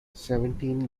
seventeen